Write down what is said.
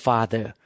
Father